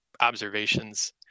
observations